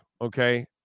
Okay